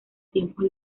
tiempos